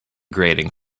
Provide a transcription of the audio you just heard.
grating